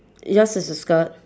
yours is a skirt